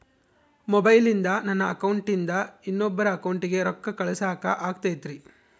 ಮೊಬೈಲಿಂದ ನನ್ನ ಅಕೌಂಟಿಂದ ಇನ್ನೊಬ್ಬರ ಅಕೌಂಟಿಗೆ ರೊಕ್ಕ ಕಳಸಾಕ ಆಗ್ತೈತ್ರಿ?